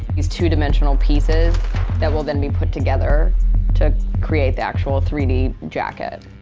these two dimensional pieces that will then be put together to create the actual three d jacket.